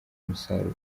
umusaruro